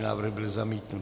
Návrh byl zamítnut.